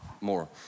more